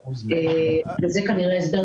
זה כנראה ההסבר.